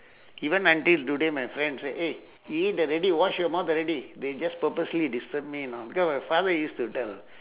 even until today my friend say eh you eat already wash your mouth already they just purposely disturb me know because my father used to tell